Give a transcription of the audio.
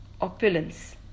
opulence